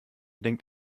denkt